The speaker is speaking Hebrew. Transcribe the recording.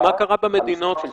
המספר של